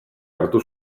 hartu